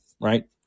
right